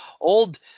old